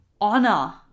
Honor